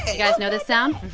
guys know this sound?